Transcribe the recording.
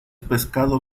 pescado